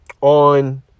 On